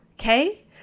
Okay